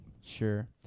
sure